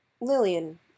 Lillian